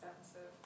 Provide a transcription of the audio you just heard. expensive